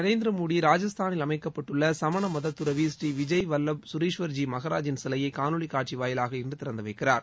நரேந்திர மோடி ராஜஸ்தானில் அமைக்கப்பட்டுள்ள சமண மதத் துறவி ஸ்ரீ விஜய் வல்லப் கரிஷ்வர் ஜி மகாராஜின் சிலையை காணொளிக் காட்சி வாயிலாக இன்று திறந்து வைக்கிறார்